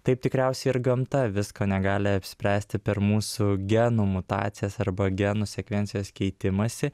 taip tikriausiai ir gamta visko negali apspręsti per mūsų genų mutacijas arba genų sekvencijos keitimąsi